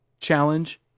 challenge